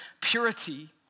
purity